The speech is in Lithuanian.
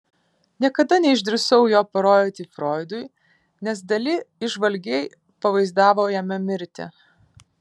niekada neišdrįsau jo parodyti froidui nes dali įžvalgiai pavaizdavo jame mirtį